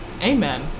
amen